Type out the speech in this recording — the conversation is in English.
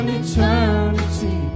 eternity